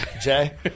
Jay